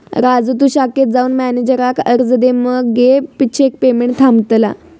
राजू तु शाखेत जाऊन मॅनेजराक अर्ज दे मगे चेक पेमेंट थांबतला